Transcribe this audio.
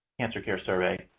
cancer care survey.